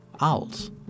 owls